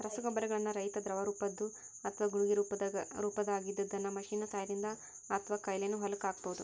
ರಸಗೊಬ್ಬರಗಳನ್ನ ರೈತಾ ದ್ರವರೂಪದ್ದು ಅತ್ವಾ ಗುಳಿಗಿ ರೊಪದಾಗಿದ್ದಿದ್ದನ್ನ ಮಷೇನ್ ನ ಸಹಾಯದಿಂದ ಅತ್ವಾಕೈಲೇನು ಹೊಲಕ್ಕ ಹಾಕ್ಬಹುದು